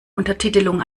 untertitelung